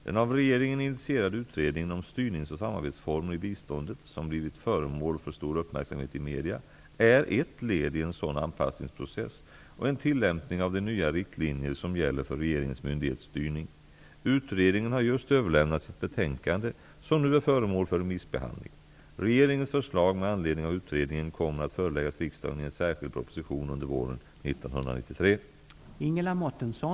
Den av regeringen initierade utredningen om styrningsoch samarbetsformer i biståndet, som blivit föremål för stor uppmärksamhet i media, är ett led i en sådan anpassningsprocess och en tillämpning av de nya riktlinjer som gäller för regeringens myndighetsstyrning. Utredningen har just överlämnat sitt betänkande, som nu är föremål för remissbehandling. Regeringens förslag med anledning av utredningen kommer att föreläggas riksdagen i en särskild proposition under våren